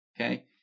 okay